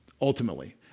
Ultimately